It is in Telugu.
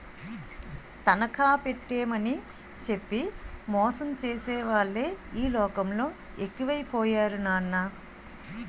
తనఖా పెట్టేమని చెప్పి మోసం చేసేవాళ్ళే ఈ లోకంలో ఎక్కువై పోయారు నాన్నా